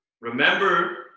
Remember